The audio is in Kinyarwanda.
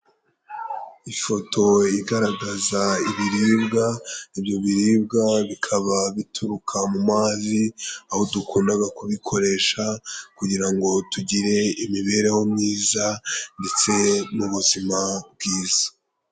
Ifoto igaragaza ibiribwa, ibyo biribwa bikaba bituruka mu mazi, aho dukundaga kubikoresha kugira ngo tugire imibereho myiza, ndetse n'ubuzima bwiza.